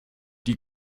die